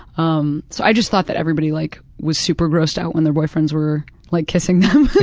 um so i just thought that everybody like was super grossed out when their boyfriends were like kissing them.